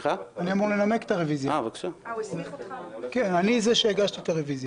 אני זה שהגיש את הרוויזיה.